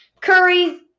Curry